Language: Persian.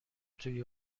توی